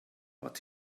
what